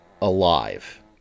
alive